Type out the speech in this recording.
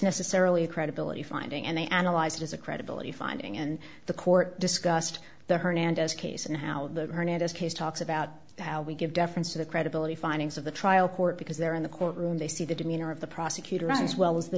necessarily a credibility finding and they analyzed as a credibility finding and the court discussed the hernandez case and how the hernandez case talks about how we give deference to the credibility findings of the trial court because they're in the courtroom they see the demeanor of the prosecutor as well as the